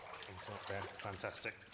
Fantastic